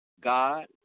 God